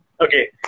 Okay